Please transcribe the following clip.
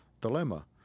dilemma